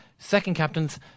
secondcaptains